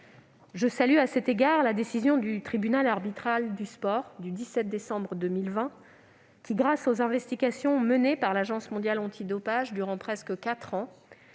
Je salue à cet égard la décision du tribunal arbitral du sport du 17 décembre 2020, qui, grâce aux investigations menées par l'Agence mondiale antidopage (AMA) durant presque quatre